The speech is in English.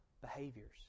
behaviors